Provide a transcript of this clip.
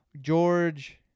George